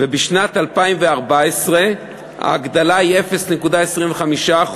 ובשנת 2014 ההגדלה היא 0.25%,